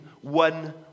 one